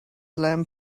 lamp